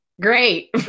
Great